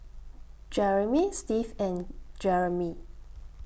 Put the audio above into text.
Jerimy Steve and Jeramie